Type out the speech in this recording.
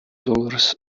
dollars